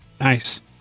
Nice